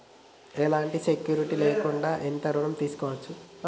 ఎలాంటి సెక్యూరిటీ లేకుండా ఎంత ఋణం తీసుకోవచ్చు?